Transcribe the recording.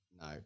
no